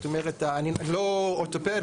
אני לא אורתופד,